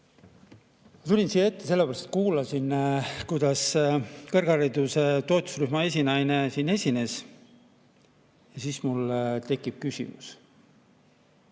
Ma tulin siia ette sellepärast, et kuulasin, kuidas kõrghariduse toetusrühma esinaine siin esines. Ja mul tekkis küsimus. Eesti